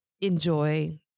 enjoy